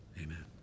Amen